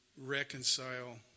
reconcile